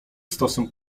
stosem